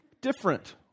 different